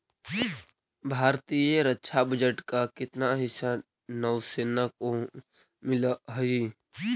भारतीय रक्षा बजट का कितना हिस्सा नौसेना को मिलअ हई